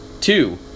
Two